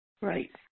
Right